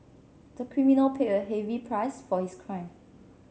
the criminal paid a heavy price for his crime